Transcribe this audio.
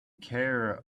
care